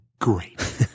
Great